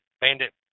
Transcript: bandit